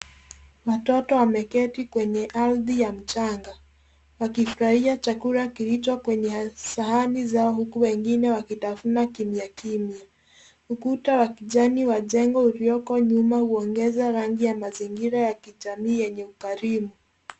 Watoto wameketi kwenye ardhi ya mchanga, wakifurahia chakula kilicho kwenye sahani zao huku wengine wakitafuna kimya kimya. Ukuta wa kijani wa jengo iliyoko nyuma huongeza rangi ya mazingira ya kijamii yenye ukarimu.